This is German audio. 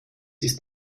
ist